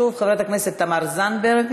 שוב, חברת הכנסת תמר זנדברג.